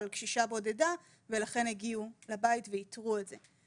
על קשישה בודדה ולכן הגיעו לבית ואיתרו את זה.